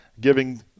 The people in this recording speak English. giving